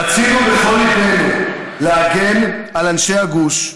יואל, רצינו בכל ליבנו להגן על אנשי הגוש.